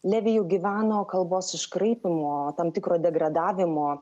levi jau gyveno kalbos iškraipymo tam tikro degradavimo